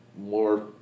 more